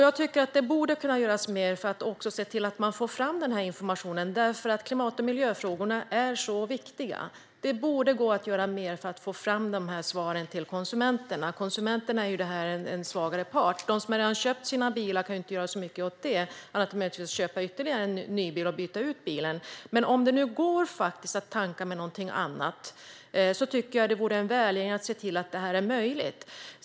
Jag tycker att det borde kunna göras mer för att se till att få fram den här informationen, för klimat och miljöfrågorna är så viktiga. Man borde kunna göra mer för att få fram dessa svar till konsumenterna. De är ju den svagare parten. De som redan har köpt bil kan inte göra så mycket åt det här, möjligen förutom genom att köpa ytterligare en bil eller byta ut bilen. Men om det går att tanka med något annat vore det en välgärning om man såg till att det blev möjligt.